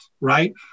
right